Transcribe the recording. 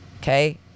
Okay